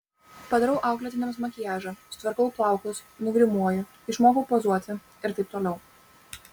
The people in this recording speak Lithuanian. padarau auklėtiniams makiažą sutvarkau plaukus nugrimuoju išmokau pozuoti ir taip toliau